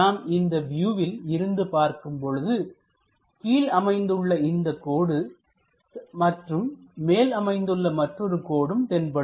நாம் இந்த வியூவில் இருந்து பார்க்கும் பொழுதுகீழ் அமைந்துள்ள இந்தக் கோடு மற்றும் மேல் அமைந்துள்ள மற்றொரு கோடும் தென்படும்